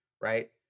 Right